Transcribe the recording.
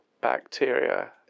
bacteria